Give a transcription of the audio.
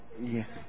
Yes